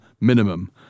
minimum